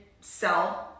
sell